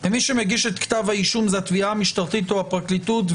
ומי שמגיש את כתב האישום זו התביעה המשטרתית או הפרקליטות,